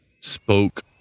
spoke